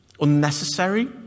unnecessary